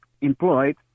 employed